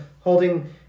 holding